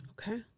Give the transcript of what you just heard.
Okay